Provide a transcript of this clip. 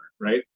Right